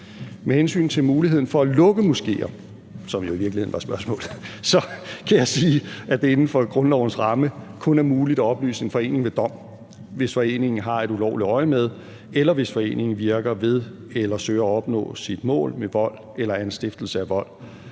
Med hensyn til muligheden for at lukke moskéer, som jo i virkeligheden var spørgsmålet, så kan jeg sige, at det inden for grundlovens ramme kun er muligt at opløse en forening ved dom, hvis foreningen har et ulovligt øjemed, eller hvis foreningen virker ved eller søger at opnå sit mål med vold eller anstiftelse af vold.